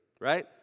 Right